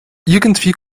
irgendwie